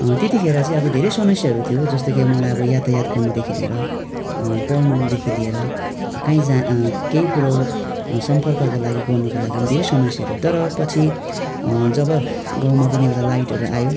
त्यतिखेर चाहिँ अब धेरै समस्याहरूथियो जस्तो कि मलाई अब यातायात गर्नुदेखि लिएर पढ्नुदेखि लिएर कहीँ जाँ केही कुरो सम्पर्कका लागि गर्नुको लागि पनि धेरै समस्याहरू तर पछि जब गाउँमा पनि एउटा लाइटहरू आयो